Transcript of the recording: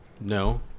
No